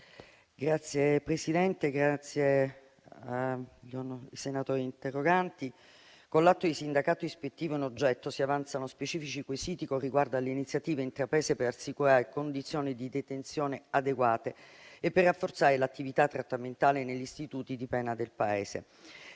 Signor Presidente, ringrazio i senatori interroganti. Con l'atto di sindacato ispettivo in oggetto si avanzano specifici quesiti riguardo alle iniziative intraprese per assicurare condizioni di detenzione adeguate e per rafforzare l'attività trattamentale negli istituti di pena del Paese.